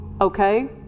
Okay